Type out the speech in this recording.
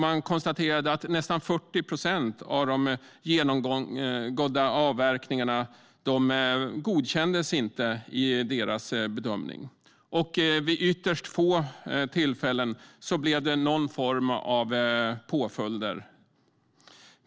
Man konstaterade då att nästan 40 procent av de genomförda avverkningarna inte godkändes. Vid ytterst få tillfällen blev det någon form av påföljd.